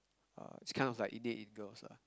uh it's kind of like innate in girls lah